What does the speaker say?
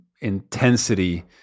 Intensity